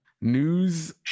news